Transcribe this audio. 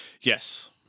Yes